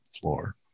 floor